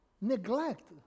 neglect